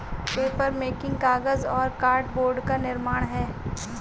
papermaking कागज और cardboard का निर्माण है